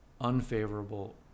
unfavorable